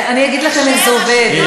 אני אגיד לכם איך זה עובד.